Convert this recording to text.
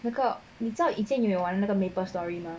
那个你以前你有玩了那个 Maplestory mah